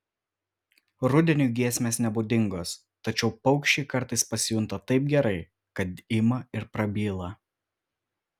rudeniui giesmės nebūdingos tačiau paukščiai kartais pasijunta taip gerai kad ima ir prabyla